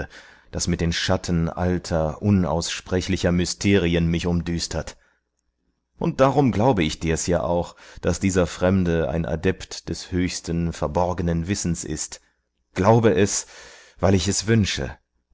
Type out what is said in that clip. das mit den schatten alter unaussprechlicher mysterien mich umdüstert und darum glaube ich dir's ja auch daß dieser fremde ein adept des höchsten verborgenen wissens ist glaube es weil ich es wünsche